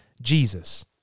Jesus